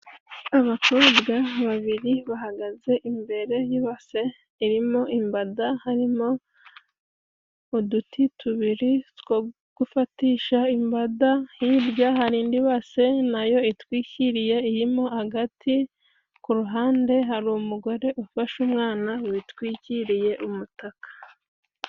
Abakobwa babiri bahagaze imbere y'ibase irimo imbada, harimo uduti tubiri two gufatisha imbada, hirya hari indi base na yo itwikiriye irimo agati, ku ruhande hari umugore ufashe umwana witwikiriye umutaka.